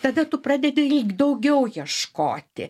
tada tu pradedi lyg daugiau ieškoti